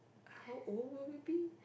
how old will we be